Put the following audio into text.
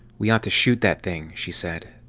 we ought to shoot that thing, she said.